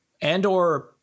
Andor